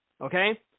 Okay